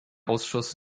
ausschuss